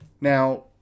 Now